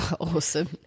Awesome